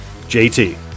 JT